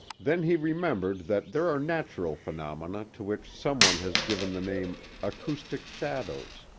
then he remembered that there are natural phenomena to which some one has given the name acoustic shadows.